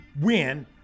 win